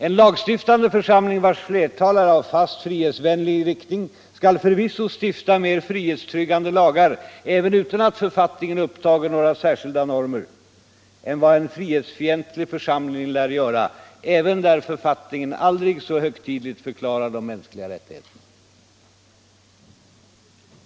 En lagstiftande församling, vars flertal är av en fast frihetsvänlig riktning, skall förvisso stifta mera frihetstryggande lagar även utan att författningen upptager några särskilda normer, än vad en frihetsfientlig församling lär göra, även där författningen aldrig så högtidligt förklarar de mänskliga rättigheterna.